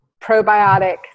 probiotic